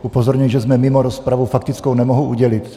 Upozorňuji, že jsme mimo rozpravu, faktickou nemohu udělit.